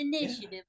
initiative